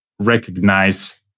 recognize